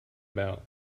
about